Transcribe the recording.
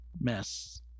mess